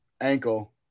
ankle